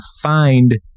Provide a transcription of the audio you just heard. find